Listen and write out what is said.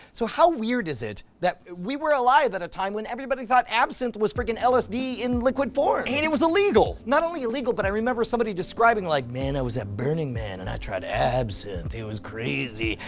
so, how weird is it that we were alive at a time when everybody thought absinthe was freaking lsd in liquid form? and it was illegal. not only illegal but i remember somebody describing like, man, i was at burning man and i tried absinthe, it was crazy.